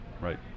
right